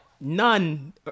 none